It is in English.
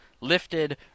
lifted